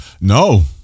No